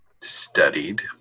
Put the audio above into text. studied